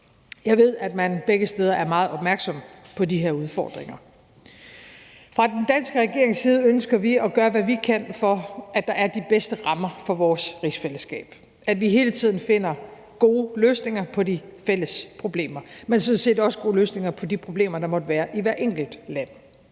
Jeg ved, at man begge steder er meget opmærksomme på de her udfordringer. Kl. 09:10 Fra den danske regerings side ønsker vi at gøre, hvad vi kan, for at der er de bedste rammer for vores rigsfællesskab, og at vi hele tiden finder gode løsninger på de fælles problemer, men sådan set også gode løsninger på de problemer, der måtte være i hvert enkelt land.